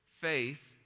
Faith